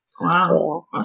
Wow